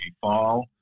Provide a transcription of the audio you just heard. fall